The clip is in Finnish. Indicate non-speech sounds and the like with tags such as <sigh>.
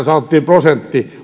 <unintelligible> sanottiin prosentti